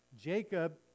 Jacob